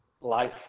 life